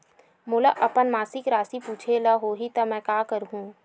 मोला अपन मासिक राशि पूछे ल होही त मैं का करहु?